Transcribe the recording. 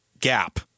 gap